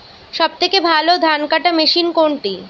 সবথেকে ভালো ধানকাটা মেশিন কোনটি?